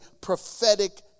prophetic